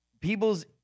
people's